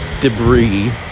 debris